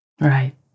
Right